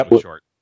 short